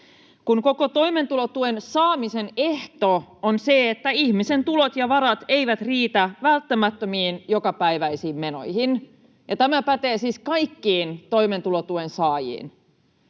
Koko toimeentulotuen saamisen ehto on se, että ihmisen tulot ja varat eivät riitä välttämättömiin jokapäiväisiin menoihin, ja tämä pätee siis kaikkiin toimeentulotuen saajiin.